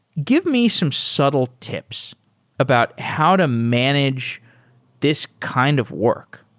give me some subtle tips about how to manage this kind of work.